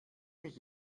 mich